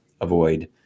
avoid